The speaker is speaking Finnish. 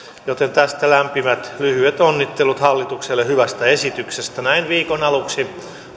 joten tästä lämpimät lyhyet onnittelut hallitukselle hyvästä esityksestä näin viikon aluksi